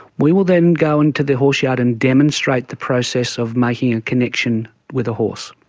we will then go into the horse yard and demonstrate the process of making a connection with a horse.